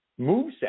moveset